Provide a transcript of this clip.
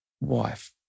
wife